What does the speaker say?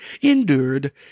endured